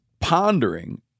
pondering